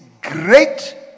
great